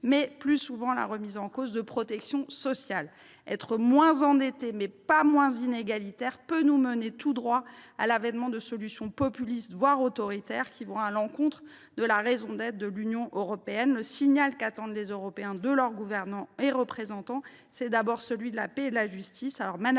mais plus souvent la remise en cause de protections sociales. Être moins endettés, mais pas moins inégalitaires, peut nous mener tout droit à l’avènement de solutions populistes, voire autoritaires, qui vont à l’encontre de la raison d’être de l’Union européenne. Le signal qu’attendent les Européens de la part de leurs gouvernants et de leurs représentants est d’abord un signal en faveur de la paix et de la justice.